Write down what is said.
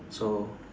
so